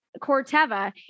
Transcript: Corteva